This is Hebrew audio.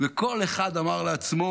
וכל אחד אמר לעצמו: